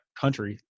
country